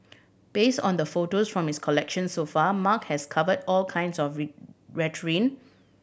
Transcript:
based on the photos from his collection so far Mark has covered all kinds of